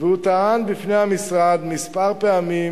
הוא טען בפני המשרד כמה פעמים